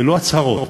ללא הצהרות.